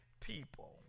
people